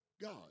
God